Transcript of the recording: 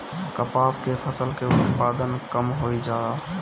कपास के फसल के उत्पादन कम होइ जाला?